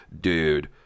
dude